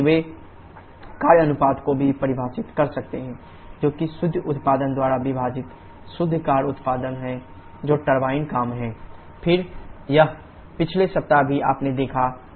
वे कार्य अनुपात को भी परिभाषित कर सकते हैं जो कि शुद्ध उत्पादन द्वारा विभाजित शुद्ध कार्य उत्पादन है जो टरबाइन काम है WnetWT फिर यह पिछले सप्ताह भी आपने देखा है